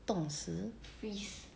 冻死